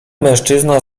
mężczyzna